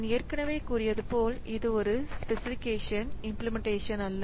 நான் ஏற்கனவே கூறியது போல் இது ஒரு பேசிபிகேஷன் இம்பிளிமெண்டேஷன் அல்ல